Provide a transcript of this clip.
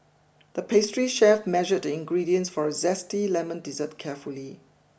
the pastry chef measured the ingredients for a zesty lemon dessert carefully